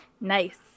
Nice